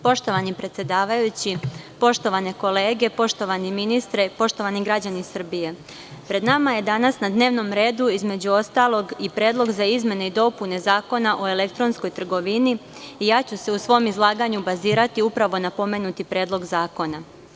Poštovani predsedavajući, poštovane kolege, poštovani ministre, poštovani građani Srbije, pred nama je danas na dnevnom redu, između ostalog, i predlog za izmene i dopune Zakona o elektronskoj trgovini i ja ću se u svom izlaganju bazirati upravo na pomenuti Predlog zakona.